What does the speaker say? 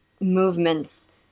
movements